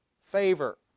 Favor